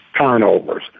turnovers